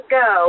go